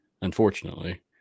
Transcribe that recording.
unfortunately